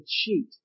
cheat